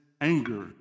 anger